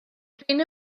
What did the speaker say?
prin